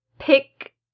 pick